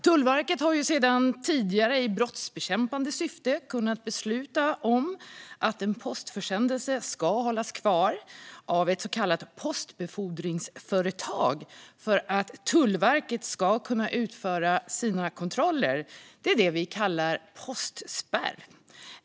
Tullverket kan sedan tidigare i brottsbekämpande syfte besluta om att en postförsändelse ska hållas kvar av ett så kallat postbefordringsföretag för att Tullverket ska kunna utföra sina kontroller. Detta kallas postspärr.